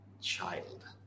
child